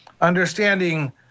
understanding